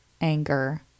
anger